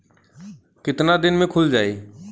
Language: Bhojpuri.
कितना दिन में खुल जाई?